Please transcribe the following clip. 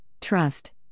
trust